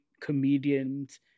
comedians